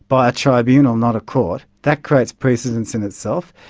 by a tribunal, not a court. that creates precedence in itself.